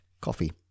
coffee